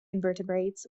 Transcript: invertebrates